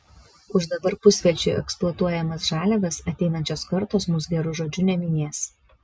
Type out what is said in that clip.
už dabar pusvelčiui eksploatuojamas žaliavas ateinančios kartos mus geru žodžiu neminės